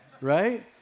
right